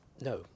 No